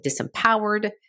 disempowered